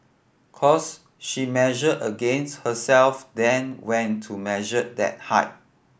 cos she measured against herself then went to measure that height